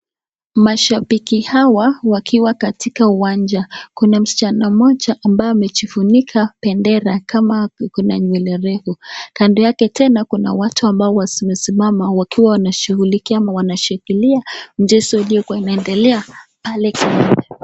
Mashabiki hawa wakiwa katika uwanja, kuna msichana mmoja ambaye amejifunika bendera kama akona nywele refu, kando yake tena kuna watu ambao wamesimama wakiwa wanashughulikia ama wanashangilia mchezo uliokuwa unaendelea pale kwa uwanja.